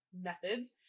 methods